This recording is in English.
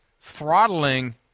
throttling